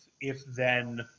if-then